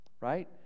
Right